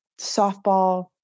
softball